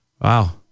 Wow